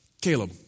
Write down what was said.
Caleb